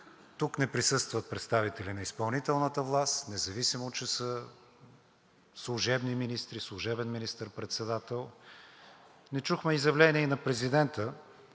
тук не присъстват представители на изпълнителната власт, независимо че са служебни министри, служебен министър-председател. Не чухме изявление и на президента.